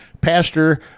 Pastor